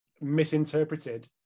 misinterpreted